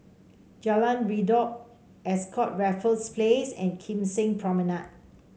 Jalan Redop Ascott Raffles Place and Kim Seng Promenade